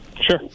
Sure